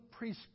preschool